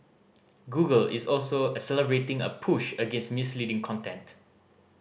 Google is also accelerating a push against misleading content